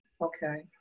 Okay